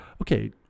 okay